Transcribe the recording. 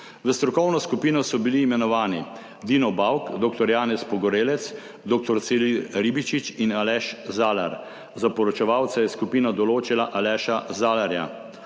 V strokovno skupino so bili imenovani Dino Bauk, dr. Janez Pogorelec, dr. Ciril Ribičič in Aleš Zalar. Za poročevalca je skupina določila Aleša Zalarja.